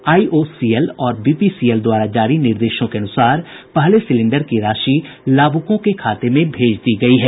IOCL और BPCL द्वारा जारी निर्देशों के अनुसार पहले सिलेंडर की राशि लाभुकों के खाते में भेज दी गयी है